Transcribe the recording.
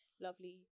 lovely